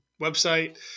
website